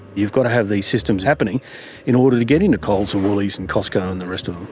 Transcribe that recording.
you've got to have these systems happening in order to get into coles and woolies and costco and the rest of them.